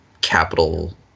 capital